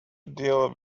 deal